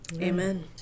amen